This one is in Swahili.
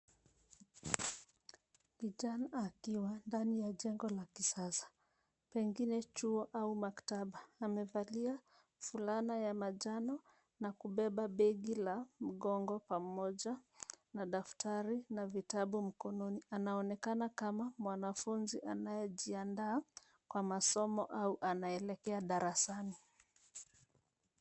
Kijana akiwa ndani ya jengo la kisasa pengine chuo au maktaba. Amevalia fulana ya manjano na kubeba begi la mgongo pamoja na daftari na vitabu mkononi. Anaonekana kama mwanafunzi anaye jiandaa kwa masomo au anaelekea darasani.